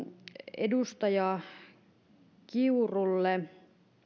edustaja kiurulle